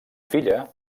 filla